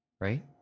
Right